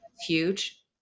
huge